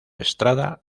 estrada